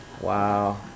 Wow